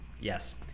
Yes